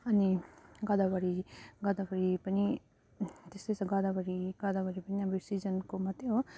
अनि गदावरी गदावरी पनि त्यस्तै छ गदावरी गदावरी पनि अब सिजनको मात्रै हो